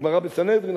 גמרא בסנהדרין,